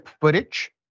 footage